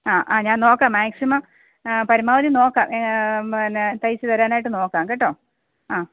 ആ ആ ഞാൻ നോക്കാം മാക്സിമം പരമാവധി നോക്കാം പിന്നെ തയ്ച്ചു തരാനായിട്ട് നോക്കാം കെട്ടോ ആ